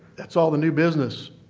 that's all the new business.